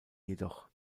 jedoch